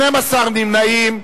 12 נמנעים.